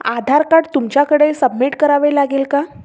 आधार card तुमच्याकडे submit करावे लागेल का